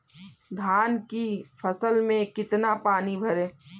धान की फसल में कितना पानी भरें?